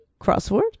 crossword